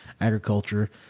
agriculture